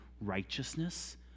righteousness